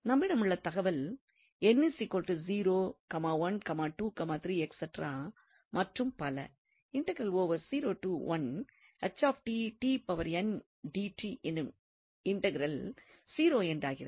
நம்மிடம் உள்ள தகவல் மற்றும் பல என்னும் இன்டெக்ரல் 0 என்றாகிறது